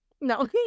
No